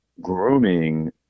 grooming